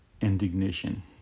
indignation